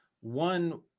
one